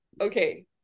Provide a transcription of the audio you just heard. okay